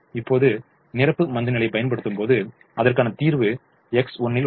இப்போது நிரப்பு மந்தநிலையைப் பயன்படுத்தும்போது அதற்கான தீர்வு X1 உள்ளது